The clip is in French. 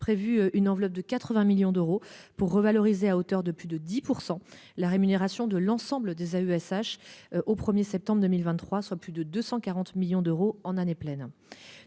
prévu une enveloppe de 80 millions d'euros pour revaloriser à hauteur de plus de 10% la rémunération de l'ensemble des AESH. Au 1er septembre 2023, soit plus de 240 millions d'euros en année pleine